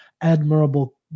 admirable